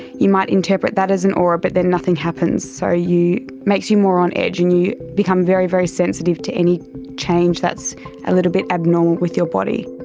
you might interpret that as an aura but then nothing happens, so it makes you more on edge and you become very, very sensitive to any change that's a little bit abnormal with your body.